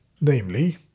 namely